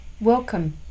welcome